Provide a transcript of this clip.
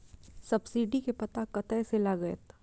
Subsidy के पता कतय से लागत?